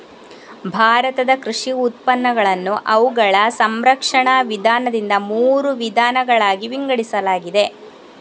ಭಾರತದ ಕೃಷಿ ಉತ್ಪನ್ನಗಳನ್ನು ಅವುಗಳ ಸಂಸ್ಕರಣ ವಿಧಾನದಿಂದ ಮೂರು ವಿಧಗಳಾಗಿ ವಿಂಗಡಿಸಲಾಗಿದೆ